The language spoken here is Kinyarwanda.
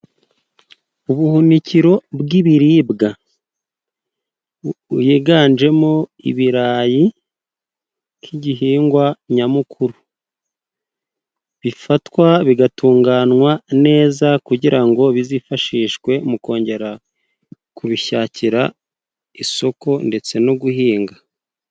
Ubuhunikiro bw'ibiribwa higanjemo ibirayi nk'igihingwa nyamukuru bifatwa bigatunganywa neza kugira ngo bizifashishwe mu kongera kubishakira isoko ndetse no guhinga.